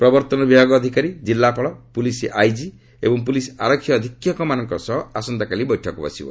ପ୍ରବର୍ତ୍ତନ ବିଭାଗ ଅଧିକାରୀ ଜିଲ୍ଲାପାଳ ପୁଲିସ୍ ଆଇଜି ଏବଂ ପୁଲିସ୍ ଆରକ୍ଷୀ ଅଧିକ୍ଷକମାନଙ୍କ ସହ ଆସନ୍ତାକାଲି ବୈଠକ ବସିବ